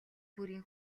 бүрийн